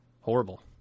horrible